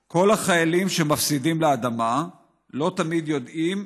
/ כל החיילים שמפסידים לאדמה / לא תמיד יודעים